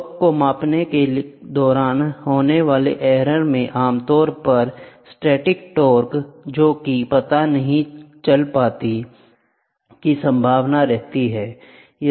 torque को मापने के दौरान होने वाले एरर में आमतौर पर स्टैटिक टॉर्क जोकि पता नहीं चल पाती है की संभावना रहती है